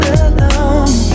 alone